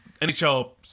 NHL